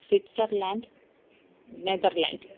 Switzerland Netherlands